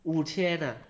五千 ah